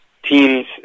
teams